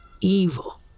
evil